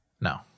No